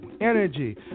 energy